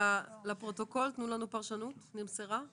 תנו לנו פרשנות לפרוטוקול למילה "נמסרה".